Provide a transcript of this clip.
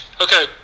Okay